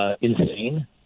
insane